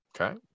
Okay